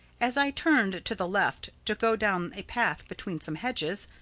as i turned to the left to go down a path between some hedges,